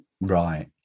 Right